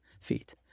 feet